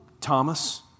Thomas